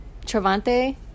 Travante